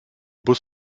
bus